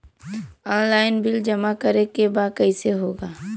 Online bill जमा करे के बा कईसे होगा?